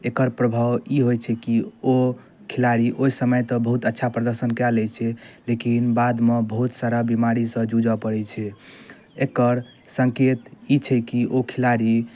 एकर प्रभाव ई होइ छै की ओ खिलाड़ी ओहि समय तऽ बहुत अच्छा प्रदर्शन कए लै छै लेकिन बादमे बहुत सारा बीमारी सऽ जूझऽ परै छै एकर संकेत ई छै की ओ खिलाड़ी